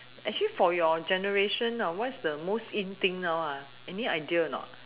actually for your generation what's the most in thing now any idea a not